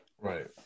Right